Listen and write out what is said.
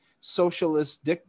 socialist